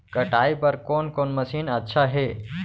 कटाई बर कोन कोन मशीन अच्छा हे?